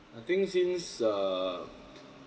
I think since err